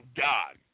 God